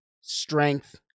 strength